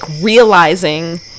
realizing